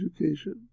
education